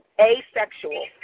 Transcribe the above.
Asexual